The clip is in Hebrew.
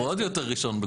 הוא עוד יותר ראשון.